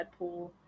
Deadpool